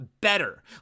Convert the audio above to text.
better